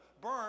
burn